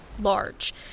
large